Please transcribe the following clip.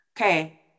Okay